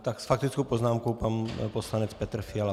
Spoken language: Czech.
Tak s faktickou poznámkou pan poslanec Petr Fiala.